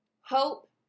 Hope